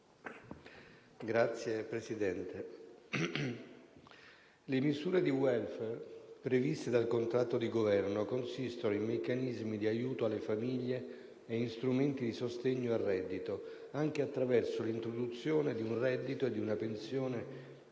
Signor Presidente, le misure di *welfare* previste dal contratto di Governo consistono in meccanismi di aiuto alle famiglie e in strumenti di sostegno al reddito, anche attraverso l'introduzione di un reddito e di una pensione